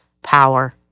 power